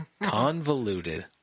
convoluted